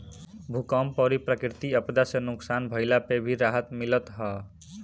भूकंप अउरी प्राकृति आपदा से नुकसान भइला पे भी राहत मिलत हअ